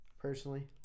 personally